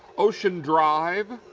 ocean drive,